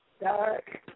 Dark